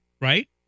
right